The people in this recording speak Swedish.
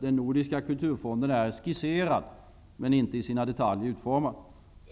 Den nordiska kulturfonden är skisserad, men inte utformad